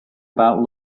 about